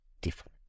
different